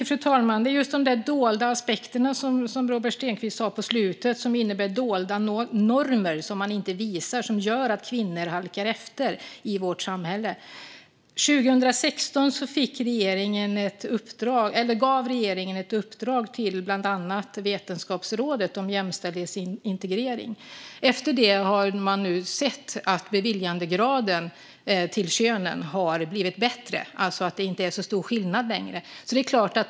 Fru talman! Det är just dessa dolda aspekter och dolda normer som gör att kvinnor halkar efter i vårt samhälle. År 2016 gav regeringen ett uppdrag till bland annat Vetenskapsrådet om jämställdhetsintegrering. Efter det har man sett att beviljandegraden har blivit mer jämställd.